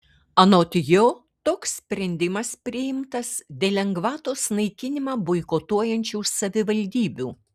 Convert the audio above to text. anot jo toks sprendimas priimtas dėl lengvatos naikinimą boikotuojančių savivaldybių